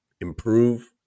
improve